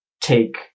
take